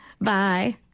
Bye